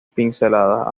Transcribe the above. pinceladas